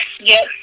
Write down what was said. Yes